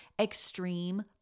extreme